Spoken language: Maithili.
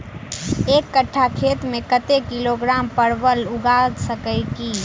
एक कट्ठा खेत मे कत्ते किलोग्राम परवल उगा सकय की??